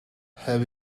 have